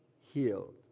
healed